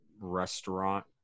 restaurant